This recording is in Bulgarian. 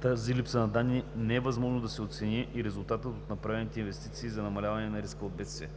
тази липса на данни не е възможно да се оцени и резултатът от направените инвестиции за намаляване на риска от бедствия.